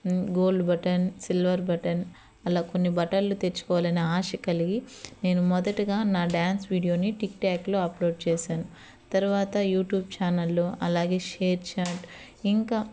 gold button silver button అలా కొన్ని బటన్లు తెచ్చుకోవాలని ఆశ కలిగి నేను మొదటగా నా డాన్స్ వీడియోని టిక్టాక్లో అప్లోడ్ చేశాను తర్వాత యూట్యూబ్ ఛానల్లో అలాగే షేర్చాట్ ఇంకా